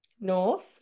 North